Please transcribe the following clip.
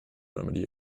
remedy